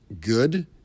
good